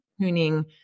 tuning